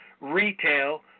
retail